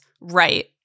right